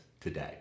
today